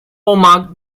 omagh